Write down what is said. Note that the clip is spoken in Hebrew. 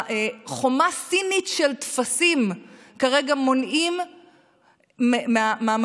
החומה הסינית של טפסים כרגע מונעת מהמפעילים,